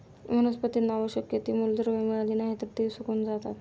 वनस्पतींना आवश्यक ती मूलद्रव्ये मिळाली नाहीत, तर ती सुकून जातात